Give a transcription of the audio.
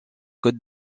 côtes